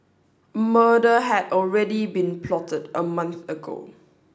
murder had already been plotted a month ago